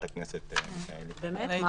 באמת?